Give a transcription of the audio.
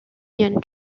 union